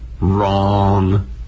Wrong